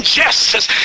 justice